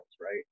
right